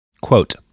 quote